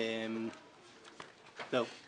זהו.